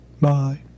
Bye